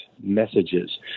messages